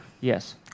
Yes